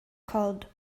called